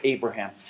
Abraham